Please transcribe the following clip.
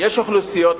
יש אוכלוסיות,